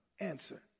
Answer